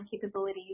capabilities